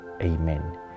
Amen